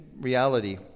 reality